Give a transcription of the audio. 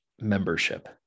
membership